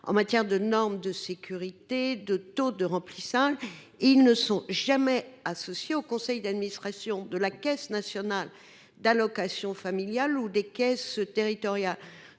en matière de normes de sécurité ou de taux de remplissage, mais ils ne sont jamais associés aux conseils d’administration de la Caisse nationale d’allocation familiale (Cnaf) ou des caisses territoriales.